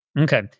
Okay